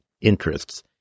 interests